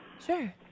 Sure